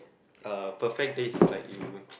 uh perfect date is like you